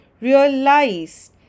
realized